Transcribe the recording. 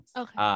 okay